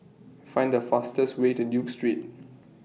Find The fastest Way to Duke Street